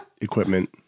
equipment